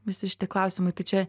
visi šitie klausimai tai čia